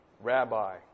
rabbi